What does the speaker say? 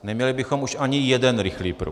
Neměli bychom už ani jeden rychlý pruh.